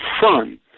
fun